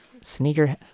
sneaker